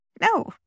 No